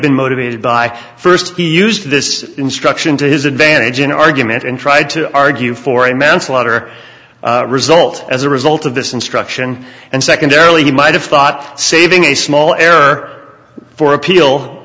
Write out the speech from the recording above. been motivated by first he used this instruction to his advantage in argument and tried to argue for i meant slaughter result as a result of this instruction and secondarily he might have thought saving a small error for appeal